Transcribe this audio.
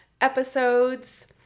episodes